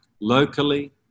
locally